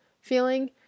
feeling